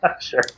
Sure